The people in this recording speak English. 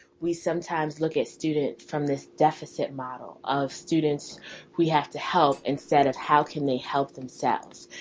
we sometimes look students from this deficit model of students we have to help instead of how can they help themselves?